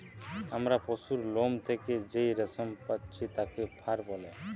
আমরা পশুর লোম থেকে যেই রেশম পাচ্ছি তাকে ফার বলে